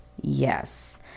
Yes